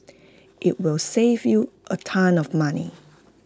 IT will save you A ton of money